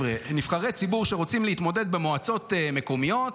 לנבחרי ציבור שרוצים להתמודד במועצות מקומיות,